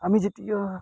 আমি যেতিয়া